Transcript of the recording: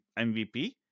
MVP